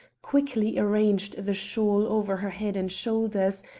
quickly arranged the shawl over her head and shoulders,